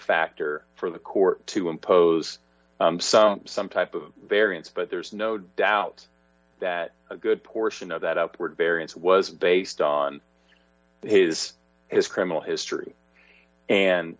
factor for the court to impose some type of variance but there's no doubt that a good portion of that upward variance was based on his his criminal history and